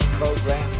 program